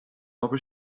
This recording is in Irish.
obair